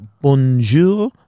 Bonjour